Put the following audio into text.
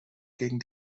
gegen